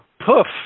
poof